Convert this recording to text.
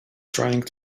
trying